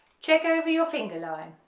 check over your finger line,